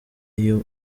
iyo